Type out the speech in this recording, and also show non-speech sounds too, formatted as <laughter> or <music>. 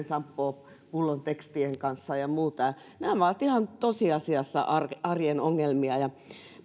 <unintelligible> shampoo pullon tekstien kanssa ja muuta ja nämä ovat ihan tosiasiassa arjen ongelmia